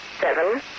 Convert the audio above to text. seven